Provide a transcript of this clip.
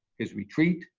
his retreat,